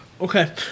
Okay